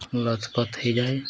ଲଥପଥ ହୋଇଯାଏ